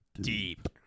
deep